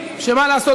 שמה לעשות,